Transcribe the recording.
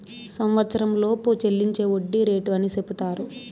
సంవచ్చరంలోపు చెల్లించే వడ్డీ రేటు అని సెపుతారు